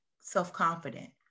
self-confident